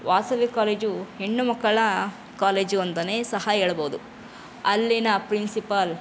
Vasavi college ಹೆಣ್ಣು ಮಕ್ಕಳ college ಅಂತಲೂ ಸಹ ಹೇಳ್ಬೋದು ಅಲ್ಲಿನ ಪ್ರಿನ್ಸಿಪಾಲ್